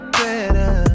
better